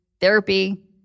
therapy